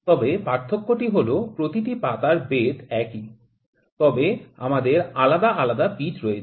তবে পার্থক্যটি হল প্রতিটি পাতার বেধ একই তবে আমাদের আলাদা আলাদা পিচ রয়েছে